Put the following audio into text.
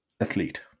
athlete